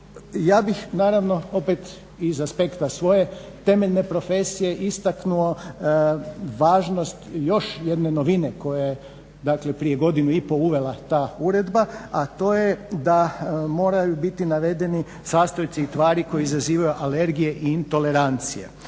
Ja bih naravno opet iz aspekta svoje temeljne profesije istaknuo, važnost još jedne novine koja je dakle, prije godinu i pol uvela ta uredba a to je da moraju biti navedeni sastojci i tvari koji izazivaju alergije intolerancija.